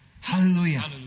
Hallelujah